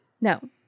No